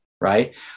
right